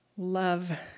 Love